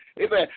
Amen